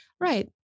Right